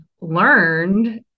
learned